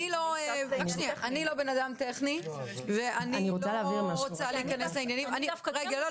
אני לא בן אדם טכני ואני לא רוצה להיכנס לעניינים האלה.